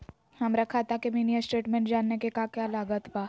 हमरा खाता के मिनी स्टेटमेंट जानने के क्या क्या लागत बा?